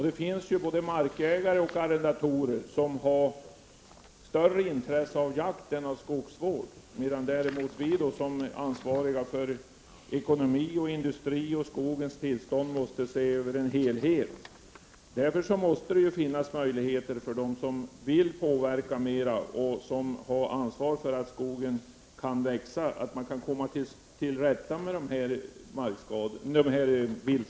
Det finns ju både markägare och arrendatorer som har större intresse av jakt än av skogsvård, medan däremot vi som är ansvariga för ekonomi, industri och skogens tillstånd måste se till helheten. Därför måste det finnas möjligheter för dem som har ansvar för skogens tillväxt att komma till rätta med viltskadorna.